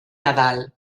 nadal